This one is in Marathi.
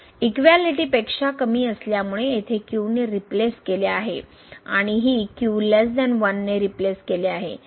इक्कव्यालिटी पेक्षा कमी असल्यामुळे येथे q ने रिप्लेस केले आहे आणि ही ने रिप्लेस केली आहे